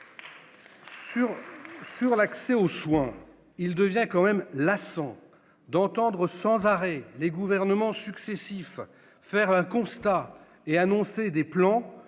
Sur l'accès aux soins, il devient lassant d'entendre sans arrêt les gouvernants successifs faire un constat et annoncer des plans